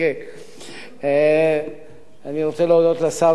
אבל השר